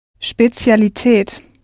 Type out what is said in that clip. Spezialität